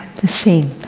the same.